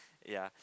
ya